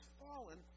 fallen